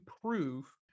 prove